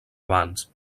abans